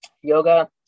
yoga